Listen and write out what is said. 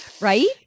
Right